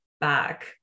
back